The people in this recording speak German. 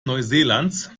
neuseelands